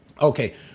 Okay